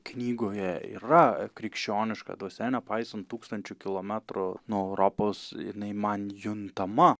knygoje yra krikščioniška dvasia nepaisant tūkstančių kilometrų nuo europos jinai man juntama